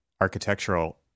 architectural